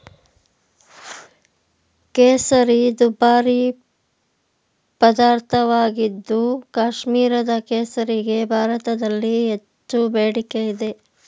ಕೇಸರಿ ದುಬಾರಿ ಪದಾರ್ಥವಾಗಿದ್ದು ಕಾಶ್ಮೀರದ ಕೇಸರಿಗೆ ಭಾರತದಲ್ಲಿ ಹೆಚ್ಚು ಬೇಡಿಕೆ ಇದೆ